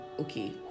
okay